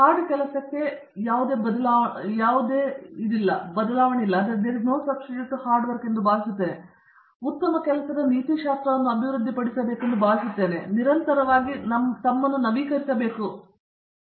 hard ಕೆಲಸಕ್ಕೆ ಯಾವುದೇ ಬದಲಾವಣೆ ಇಲ್ಲ ಎಂದು ನಾನು ಭಾವಿಸುತ್ತೇನೆ ಒಂದು ಉತ್ತಮ ಕೆಲಸದ ನೀತಿಶಾಸ್ತ್ರವನ್ನು ಅಭಿವೃದ್ಧಿಪಡಿಸಬೇಕೆಂದು ನಾನು ಭಾವಿಸುತ್ತೇನೆ ಮತ್ತು ಒಬ್ಬರು ನಿರಂತರವಾಗಿ ತಮ್ಮನ್ನು ನವೀಕರಿಸಬೇಕು ಎಂದು ನಾನು ಭಾವಿಸುತ್ತೇನೆ